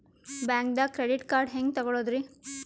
ಬ್ಯಾಂಕ್ದಾಗ credit card ಹೆಂಗ್ ತಗೊಳದ್ರಿ?